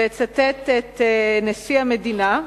אצטט את נשיא המדינה,